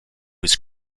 his